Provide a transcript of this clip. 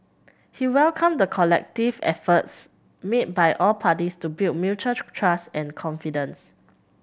he welcomed the collective efforts made by all parties to build mutual trust and confidence